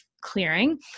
clearing